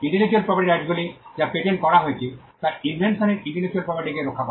intellectual property রাইটসগুলি যা patent করা হয়েছে তারা ইনভেনশন এর ইন্টেলেকচুয়াল প্রপার্টিকে রক্ষা করে